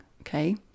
okay